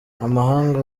amahanga